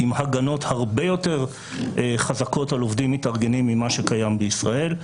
עם הגנות הרבה יותר חזקות על עובדים מתארגנים ממה שקיים בישראל.